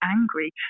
angry